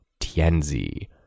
Tianzi